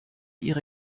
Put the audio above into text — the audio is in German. ihre